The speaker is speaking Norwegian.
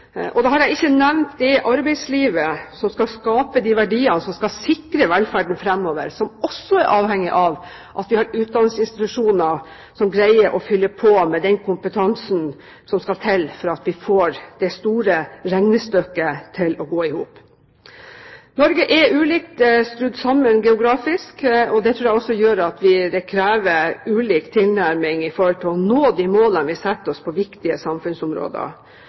sammenheng. Da har jeg ikke nevnt det arbeidslivet som skal skape de verdiene, som skal sikre velferden framover, og som også er avhengig av at vi har utdanningsinstitusjoner som greier å fylle på med den kompetansen som skal til for at vi får det store regnestykket til å gå i hop. Norge er ulikt skrudd sammen geografisk, og det tror jeg også gjør at det kreves ulik tilnærming med hensyn til å nå de målene vi setter oss på viktige samfunnsområder.